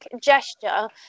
gesture